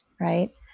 right